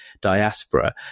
diaspora